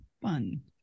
fun